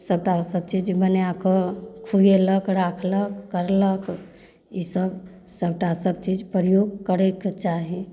सबटा सबचीज बनाकऽ खुएलक राखलक करलक ईसब सबटा सबचीज प्रयोग करैके चाही